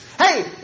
Hey